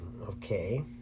Okay